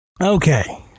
Okay